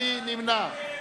מי נמנע?